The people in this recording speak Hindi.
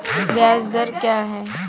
ब्याज दर क्या है?